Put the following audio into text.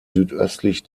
südöstlich